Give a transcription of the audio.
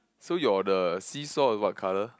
so your the seesaw is what colour